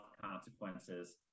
consequences